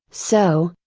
so,